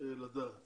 לדעת